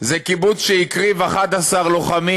זה קיבוץ שהקריב 11 לוחמים.